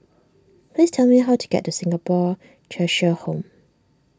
please tell me how to get to Singapore Cheshire Home